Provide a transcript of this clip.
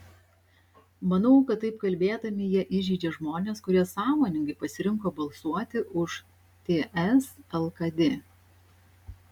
manau kad taip kalbėdami jie įžeidžia žmones kurie sąmoningai pasirinko balsuoti už ts lkd